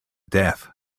death